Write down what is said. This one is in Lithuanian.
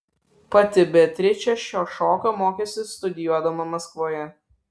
pati beatričė šio šokio mokėsi studijuodama maskvoje